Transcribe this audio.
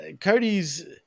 Cody's